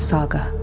Saga